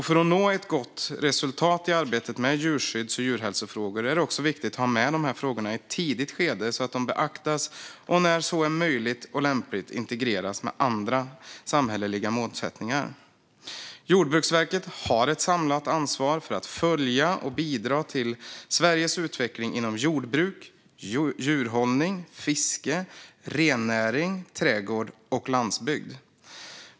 För att nå ett gott resultat i arbetet med djurskydds och djurhälsofrågor är det också viktigt att ha med de här frågorna i ett tidigt skede så att de beaktas och, när så är möjligt och lämpligt, integreras med andra samhälleliga målsättningar. Jordbruksverket har ett samlat ansvar för att följa och bidra till Sveriges utveckling inom jordbruk, djurhållning, fiske, rennäring, trädgård och landsbygd.